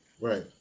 Right